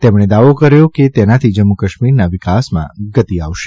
તેમણે દાવો કર્યો કે તેનાથી જમ્મુકાશ્મીરના વિકાસમાં ગતિ આવશે